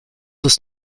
ist